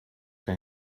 que